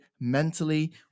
mentally